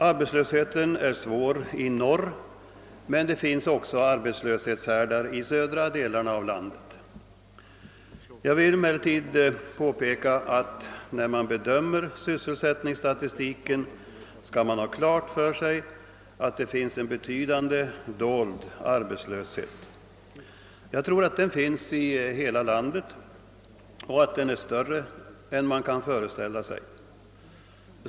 Arbetslösheten är svår i norr, men det finns också arbetslöshetshärdar i södra delarna av landet. Jag vill emellertid påpeka att man, när man bedömer sysselsättningsstatistiken, skall ha klart för sig att det finns en betydande dold arbetslöshet. Jag tror att den finns i hela landet och att den är större än man kan föreställa sig.